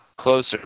closer